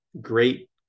great